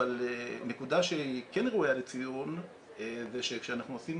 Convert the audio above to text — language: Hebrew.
אבל נקודה שהיא כן ראויה לציון וכשאנחנו עושים